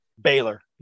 Baylor